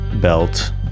belt